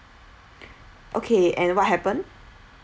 okay and what happened